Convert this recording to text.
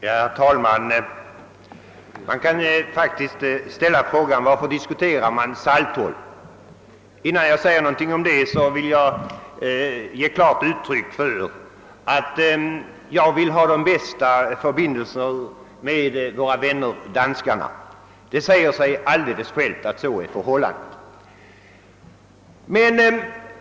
Herr talman! Man kan faktiskt ställa sig frågan: Varför diskuterar vi Saltholm? Innan jag försöker besvara denna fråga vill jag ge klart uttryck för att jag vill ha de bästa förbindelser med våra vänner danskarna. Att så är fallet säger sig alldeles självt.